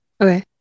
Okay